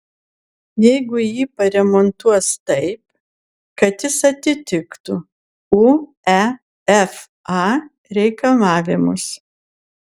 jeigu jį paremontuos taip kad jis atitiktų uefa reikalavimus